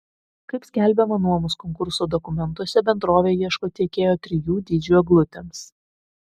kaip skelbiama nuomos konkurso dokumentuose bendrovė ieško tiekėjo trijų dydžių eglutėms